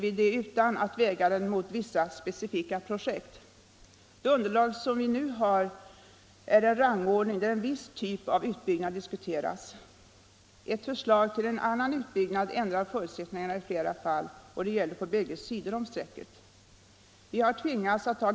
I det sammanhanget återfinns också bedömningar beträffande forskning rörande energianvändning för lokalkomfort med en därtill knuten reservation, nr 46, från centern och folkpartiet. Dessa bedömningar hör direkt samman med de finansieringsfrågor som behandlats av civilutskottet.